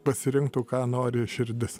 pasirinktų ką nori širdis